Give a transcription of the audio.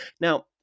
Now